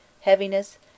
heaviness